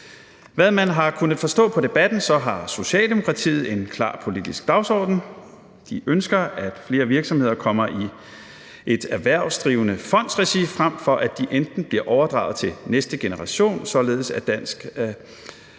Hvad man har kunnet forstå på debatten, har Socialdemokratiet en klar politisk dagsorden: De ønsker, at flere virksomheder kommer i et erhvervsdrivende fondsregi, frem for at de enten bliver overdraget til næste generation, således at dansk